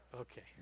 okay